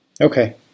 Okay